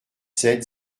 sept